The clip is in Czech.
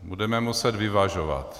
Budeme muset vyvažovat.